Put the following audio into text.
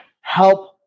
help